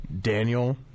daniel